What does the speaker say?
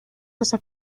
esa